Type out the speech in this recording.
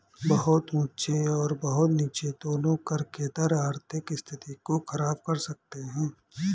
बहुत ऊँचे और बहुत नीचे दोनों कर के दर आर्थिक स्थिति को ख़राब कर सकते हैं